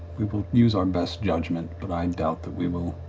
we will use our best judgment, but i and doubt that we will.